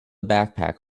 backpack